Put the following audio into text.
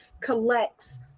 collects